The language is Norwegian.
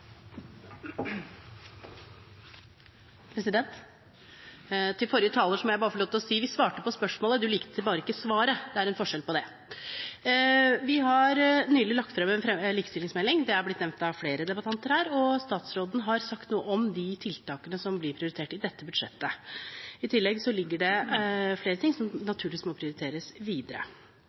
Til forrige taler må jeg bare få lov til å si at vi svarte på spørsmålet. Du likte bare ikke svaret. Det er en forskjell på det. Vi har nylig lagt frem en likestillingsmelding, som det har blitt nevnt av flere debattanter her, og statsråden har sagt noe om de tiltakene som blir prioritert i dette budsjettet. I tillegg ligger det flere ting som naturligvis må prioriteres videre.